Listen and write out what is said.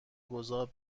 گذار